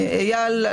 איל,